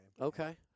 Okay